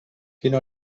quina